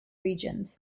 regions